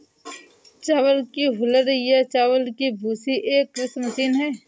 चावल की हूलर या चावल की भूसी एक कृषि मशीन है